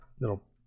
little